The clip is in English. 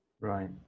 Right